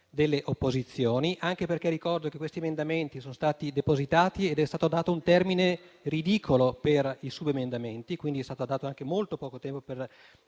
delle opposizioni, anche perché ricordo che tali emendamenti sono stati depositati ed è stato dato un termine ridicolo per la presentazione di subemendamenti, quindi è stato dato anche molto poco tempo per